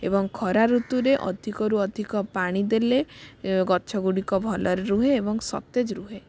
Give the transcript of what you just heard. ଏବଂ ଖରା ଋତୁରେ ଅଧିକରୁ ଅଧିକ ପାଣିଦେଲେ ଗଛ ଗୁଡ଼ିକ ଭଲରେ ରୁହେ ଏବଂ ସତେଜ ରୁହେ